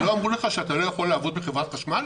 לא אמרו לך שאתה לא יכול לעבוד בחברת חשמל?